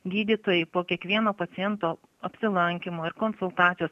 gydytojai po kiekvieno paciento apsilankymo ir konsultacijos